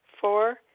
Four